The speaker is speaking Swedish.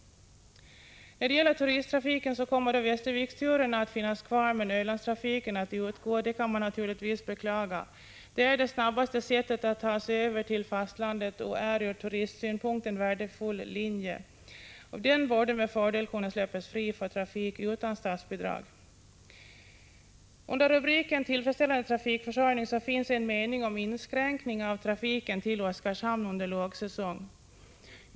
När det gäller turisttrafiken kommer Västerviksturerna att finnas kvar. Ölandstrafiken kommer dock att utgå, vilket naturligtvis är att beklaga. Västervikslinjen är det snabbaste sättet att ta sig över till fastlandet och är ur turistsynpunkt en värdefull linje. Den borde med fördel kunna släppas fri för trafik utan statsbidrag. Under rubriken En tillfredsställande transportförsörjning för Gotland m.m. finns en mening om inskränkning av trafiken till Oskarshamn under lågsäsong.